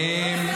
מה קרה?